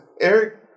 Eric